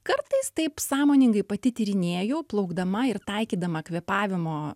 kartais taip sąmoningai pati tyrinėju plaukdama ir taikydama kvėpavimo